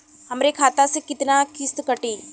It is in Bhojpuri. हमरे खाता से कितना किस्त कटी?